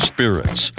Spirits